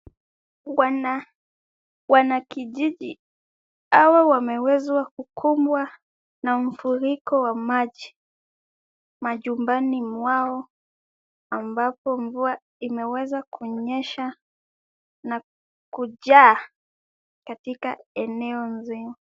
Wana, wanakijiji hawa wamewezwa kukumbwa na mfuriko wa maji majumbani mwao, ambapo mvua imeweza kunyesha na kujaa katika eneo mzima.